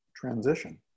transition